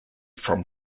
from